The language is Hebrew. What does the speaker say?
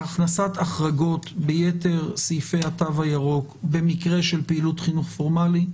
להכנסת החרגות ביתר סעיפי התו הירוק במקרה של פעילות חינוך פורמלי.